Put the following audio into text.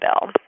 bill